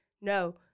No